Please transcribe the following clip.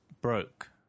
broke